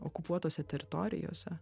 okupuotose teritorijose